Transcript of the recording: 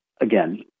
again